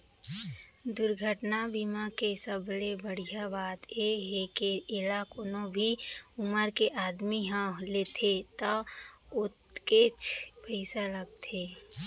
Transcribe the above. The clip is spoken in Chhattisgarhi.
दुरघटना बीमा के सबले बड़िहा बात ए हे के एला कोनो भी उमर के आदमी ह लेथे त ओतकेच पइसा लागथे